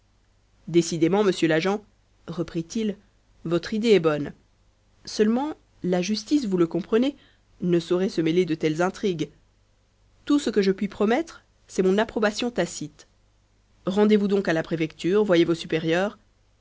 décidément monsieur l'agent reprit-il votre idée est bonne seulement la justice vous le comprenez ne saurait se mêler de telles intrigues tout ce que je puis promettre c'est mon approbation tacite rendez-vous donc à la préfecture voyez vos supérieurs